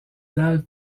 dalles